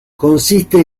consiste